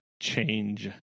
change